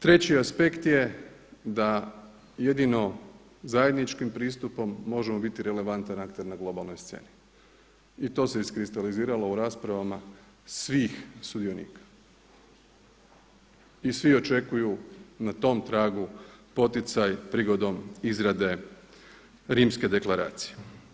Treći aspekt je da jedino zajedničkim pristupom možemo biti relevantan akter na globalnoj sceni i to se iskristaliziralo u raspravama svih sudionika i svi očekuju na tom tragu poticaj prigodom izrade Rimske deklaracije.